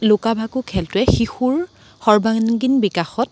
লুকা ভাকু খেলটোৱে শিশুৰ সৰ্বাংগীন বিকাশত